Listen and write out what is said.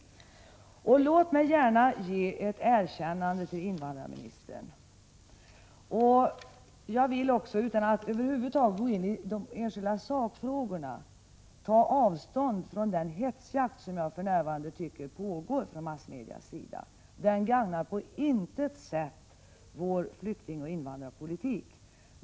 Låt mig gärna ge invandrarministern ett erkännande. Utan att gå in på de enskilda sakfrågorna vill jag ta avstånd från den hetsjakt som för närvarande pågår från massmediernas sida. Den gagnar på intet sätt vår flyktingoch invandringspolitik.